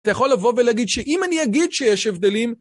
אתה יכול לבוא ולהגיד שאם אני אגיד שיש הבדלים...